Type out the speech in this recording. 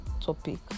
topic